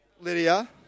Lydia